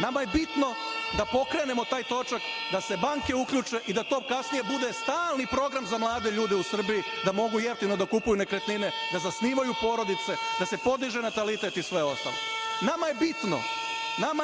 Nama je bitno da pokrenemo taj točak, da se banke uključe i da to kasnije bude stalni program za mlade ljude u Srbiji da mogu jeftino da kupuje nekretnine, da zasnivaju porodice, da se podiže natalitet i sve ostalo. Nama